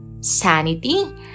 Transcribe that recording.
sanity